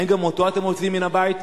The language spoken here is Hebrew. האם גם אותו אתם מוציאים מהבית?